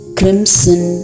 crimson